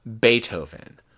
beethoven